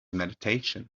meditation